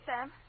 Sam